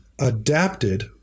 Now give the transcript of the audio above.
adapted